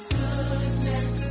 goodness